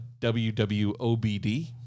WWOBD